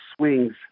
swings